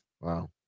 Wow